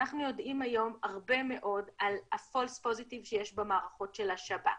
אנחנו יודעים היום הרבה מאוד על ה-false positive שיש במערכות של השב"כ.